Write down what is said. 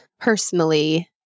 personally